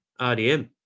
rdm